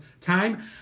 time